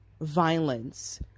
violence